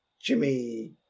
Jimmy